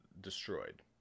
destroyed